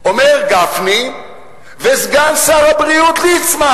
אומרים גפני וסגן שר הבריאות ליצמן: